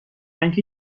اینکه